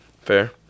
Fair